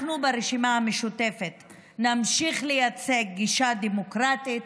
אנחנו ברשימה המשותפת נמשיך לייצג גישה דמוקרטית,